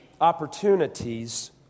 opportunities